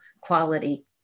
quality